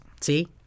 See